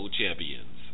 champions